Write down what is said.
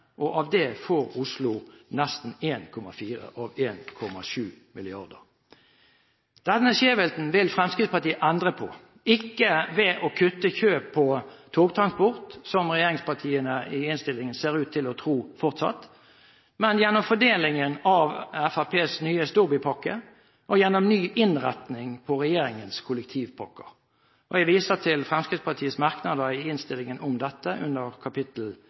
byene, og Oslo får nesten 1,4 mrd. kr av denne summen. Denne skjevheten vil Fremskrittspartiet endre på, ikke ved å kutte i kjøp av togtransport – som regjeringspartiene i innstillingen fortsatt ser ut til å tro – men gjennom fordelingen av Fremskrittspartiets nye storbypakke og gjennom ny innretning på regjeringens kollektivpakker. Jeg viser til Fremskrittspartiets merknader om dette i innstillingen i kapittel